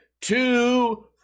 two